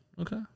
Okay